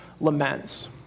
laments